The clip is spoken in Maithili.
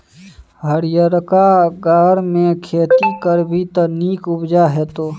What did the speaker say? हरियरका घरमे खेती करभी त नीक उपजा हेतौ